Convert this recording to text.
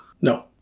No